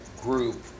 group